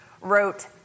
wrote